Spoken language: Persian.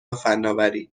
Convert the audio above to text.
فناوری